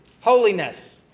holiness